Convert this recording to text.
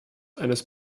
eines